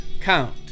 count